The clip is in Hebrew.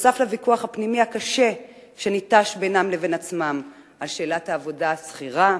נוסף על ויכוח פנימי קשה שניטש בינם לבין עצמם על שאלת העבודה השכירה,